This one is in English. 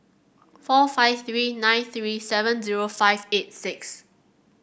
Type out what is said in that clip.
four five three nine three seven zero five eight six